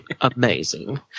Amazing